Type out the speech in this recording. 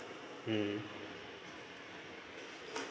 mm